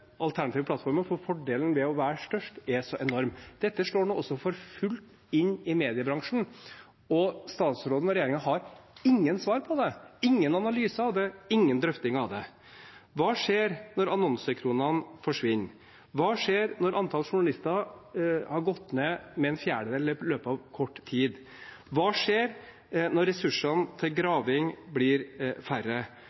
alternative plattformer fordi fordelen ved å være størst er så enorm. Dette slår nå for fullt inn i mediebransjen. Statsråden og regjeringen har ingen svar på det, ingen analyser av det og ingen drøftinger av det. Hva skjer når annonsekronene forsvinner? Hva skjer når antallet journalister har gått ned med en fjerdedel i løpet av kort tid? Hva skjer når ressursene til